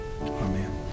Amen